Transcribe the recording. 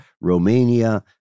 Romania